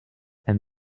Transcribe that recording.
and